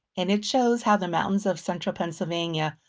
and it shows how the mountains of central pennsylvania,